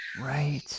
right